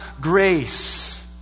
grace